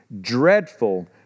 dreadful